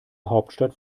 hauptstadt